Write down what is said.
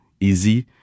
easy